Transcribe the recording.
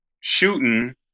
shooting